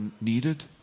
needed